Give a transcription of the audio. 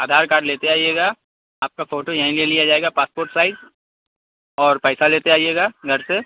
ادھار card لیتے آئیے گا آپ کا فوٹو یہیں لے لیا جائے گا پاسپورٹ سائز اور پیسہ لیتے آئیے گا گھر سے